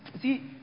See